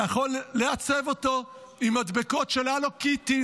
אתה יכול לעצב אותו במדבקות של הלו קיטי,